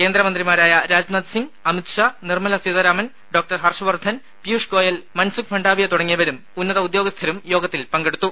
കേന്ദ്രമന്ത്രിമാരായ രാജ്നാഥ് സിംഗ് അമിത്ഷാ നിർമ്മല സീതാരാമൻ ഡോക്ടർ ഹർഷ് വർധൻ പിയൂഷ് ഗോയൽ മൻസുഖ് മണ്ഡാവിയ തുടങ്ങിയവരും ഉന്നത ഉദ്യോഗസ്ഥരും യോഗത്തിൽ പങ്കെടുത്തു